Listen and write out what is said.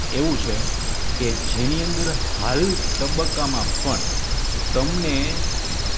એવું છે કે જેની અંદર હાલ તબક્કામાં પણ તમને